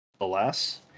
Alas